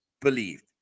believed